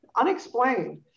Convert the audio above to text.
unexplained